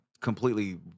completely